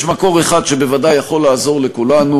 יש מקור אחד שבוודאי יכול לעזור לכולנו,